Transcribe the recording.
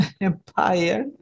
empire